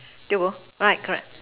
tio Bo right correct